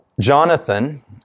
Jonathan